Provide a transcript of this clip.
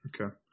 Okay